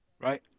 right